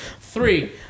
three